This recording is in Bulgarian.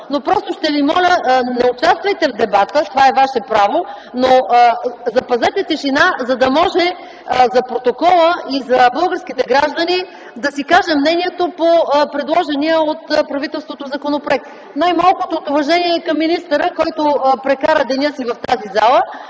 просто не участвайте в дебата – това е ваше право, но запазете тишина, за да може за протокола и за българските граждани да си кажа мнението по предложения от правителството законопроект, най-малкото от уважение към министъра, който прекара деня си в тази зала